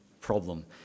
problem